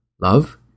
Love